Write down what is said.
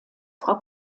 frau